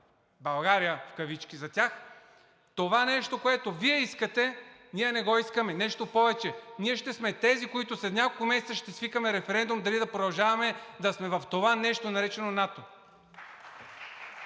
България“ – в кавички, за тях това нещо, което Вие искате, ние не го искаме. Нещо повече, ние ще сме тези, които след няколко месеца ще свикаме референдум дали да продължаваме да сме в това нещо, наречено НАТО.